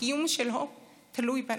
הקיום שלו תלוי בנו.